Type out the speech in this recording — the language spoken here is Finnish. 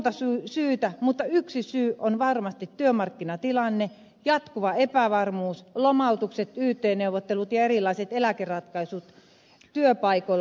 tähän on monta syytä mutta yksi syy on varmasti työmarkkinatilanne jatkuva epävarmuus lomautukset yt neuvottelut ja erilaiset eläkeratkaisut työpaikoilla